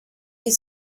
you